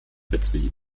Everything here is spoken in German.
betrieb